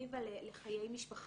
אלטרנטיבה לחיי משפחה.